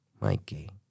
Mikey